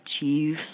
achieve